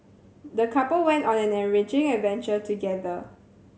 the couple went on an enriching adventure together